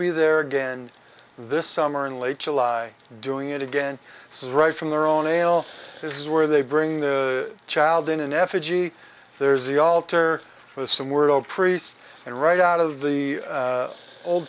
be there again this summer in late july doing it again this is right from their own ale this is where they bring the child in an effigy there's the altar with some world priests and right out of the